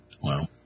Wow